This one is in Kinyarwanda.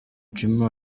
djuma